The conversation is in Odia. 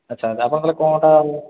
ଆଚ୍ଛା ଆପଣ ତା'ହେଲେ କ'ଣଟା